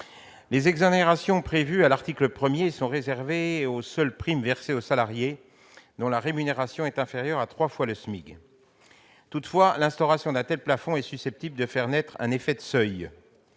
les exonérations prévues à l'article 1 ne concernent que les seules primes versées aux salariés dont la rémunération est inférieure à trois fois le SMIC. L'instauration d'un tel plafond est susceptible de faire naître un effet de seuil.